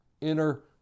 inner